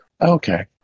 Okay